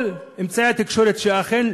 כל אמצעי התקשורת שאכן,